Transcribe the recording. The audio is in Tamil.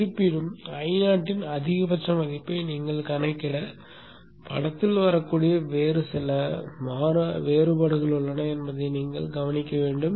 இருப்பினும் Io இன் அதிகபட்ச மதிப்பை நீங்கள் கணக்கிட படத்தில் வரக்கூடிய வேறு சில வேறுபாடுகள் உள்ளன என்பதை நீங்கள் கவனிக்க வேண்டும்